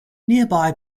nearby